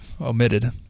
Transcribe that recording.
Omitted